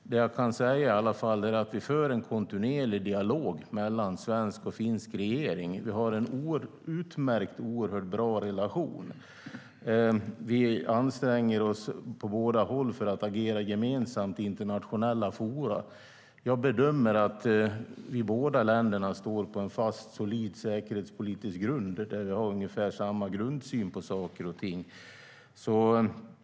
Det jag kan säga är i alla fall att vi för en kontinuerlig dialog mellan svensk och finsk regering och att vi har en utmärkt och oerhört bra relation. Vi anstränger oss på båda håll för att agera gemensamt i internationella forum. Jag bedömer att vi, båda länderna, står på en fast och solid säkerhetspolitisk grund där vi har ungefär samma grundsyn på saker och ting.